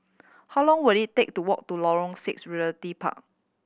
how long will it take to walk to Lorong Six Realty Park